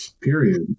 Period